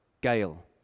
Gail